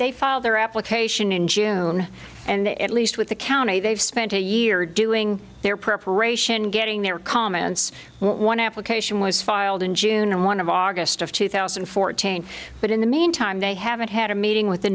they filed their application in june and at least with the county they've spent a year doing their preparation getting their comments one application was filed in june and one of august of two thousand and fourteen but in the meantime they haven't had a meeting with the